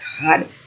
god